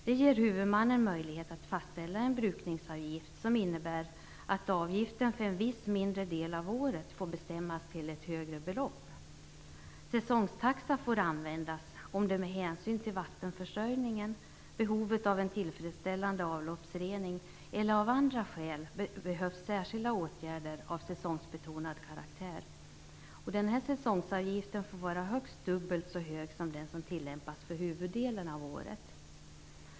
Det ger huvudmannen möjlighet att fastställa en brukningsavgift som innebär att avgiften för en viss mindre del av året får bestämmas till ett högre belopp. Säsongstaxa får användas om det med hänsyn till vattenförsörjningen, behovet av en tillfredsställande avloppsrening eller av andra skäl behövs särskilda åtgärder av säsongsbetonad karaktär. Den här avgiften får vara högst dubbelt så hög som den som tillämpas för huvuddelen av året.